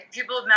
People